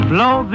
Blow